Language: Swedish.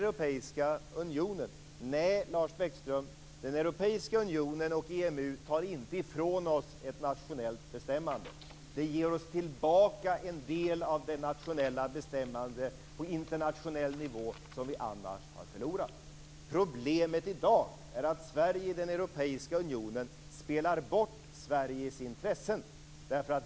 EMU tar inte ifrån oss ett nationellt bestämmande. De ger oss tillbaka en del av det nationella bestämmandet på internationell nivå som vi annars har förlorat. Problemet i dag är att Sverige i den europeiska unionen spelar bort Sveriges intressen.